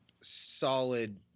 solid